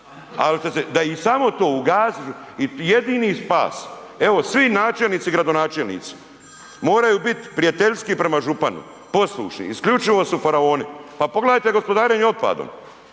da ih samo to ugasiti i jedini spas. Evo svi načelnici i gradonačelnici moraju biti prijateljski prema županu, poslušni, isključivo su faraoni. Pa pogledajte gospodarenje otpadom,